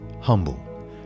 humble